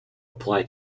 apply